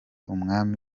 umwami